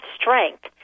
strength